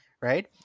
right